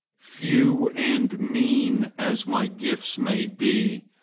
few and mean as my gifts may be,